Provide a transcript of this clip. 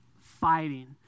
fighting